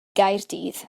gaerdydd